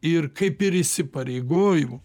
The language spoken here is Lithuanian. ir kaip ir įsipareigojau